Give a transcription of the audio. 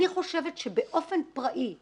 אני חושבת שבאופן פראי.